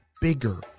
bigger